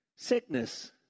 Sickness